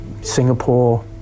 Singapore